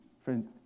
Friends